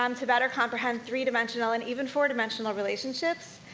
um to better comprehend three-dimensional, and even four-dimensional relationships,